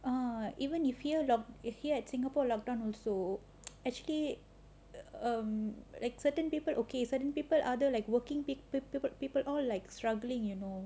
uh even you if here if here at singapore lock down also actually err like certain people okay certain people other like working peopl~ people all like struggling you know